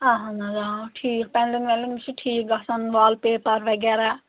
اَہَن حظ آ ٹھیٖک پیٚنلِنٛگ وینلِنگ مےٚ چھُ ٹھیٖک گژھان وال پیپَر وغیرہ